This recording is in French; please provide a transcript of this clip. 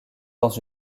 dans